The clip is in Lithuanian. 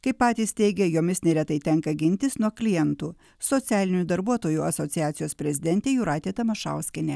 kaip patys teigia jomis neretai tenka gintis nuo klientų socialinių darbuotojų asociacijos prezidentė jūratė tamašauskienė